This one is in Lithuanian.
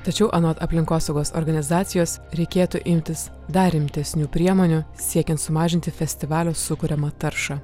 tačiau anot aplinkosaugos organizacijos reikėtų imtis dar rimtesnių priemonių siekiant sumažinti festivalio sukuriamą taršą